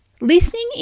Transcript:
listening